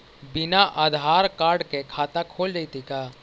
बिना आधार कार्ड के खाता खुल जइतै का?